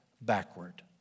backward